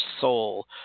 soul